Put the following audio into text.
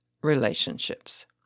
relationships